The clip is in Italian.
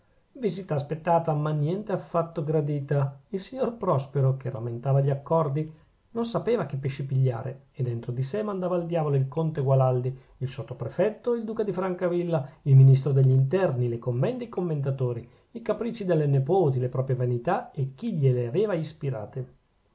visita aspettata ma niente affatto gradita il signor prospero che rammentava gli accordi non sapeva che pesci pigliare e dentro di sè mandava al diavolo il conte gualandi il sottoprefetto il duca di francavilla il ministro degli interni le commende e i commendatori i capricci delle nepoti le proprie vanità e chi gliele aveva ispirate